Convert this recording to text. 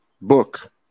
book